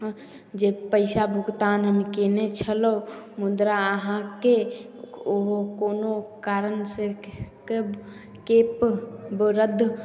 जे पइसा भुगतान हम कएने छलहुँ मुद्रा अहाँके ओहो कोनो कारणसे के केप बऽ रद्द